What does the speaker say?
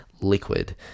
liquid